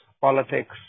politics